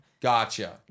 Gotcha